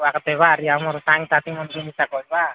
ଆର ଦେବା ଇ ଆମର ସାଙ୍ଗସାଥୀମାନଙ୍କୁ ମିଶା କରିବା